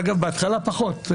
אגב, בהתחלה פחות.